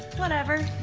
whatever.